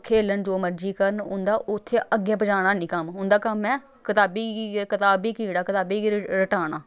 खेलन जो मर्जी करन उं'दा उत्थै अग्गें पजाना हैनी कम्म उं'दा कम्म ऐ कताबें गी कताब गी कीड़ा कताबें गी रटाना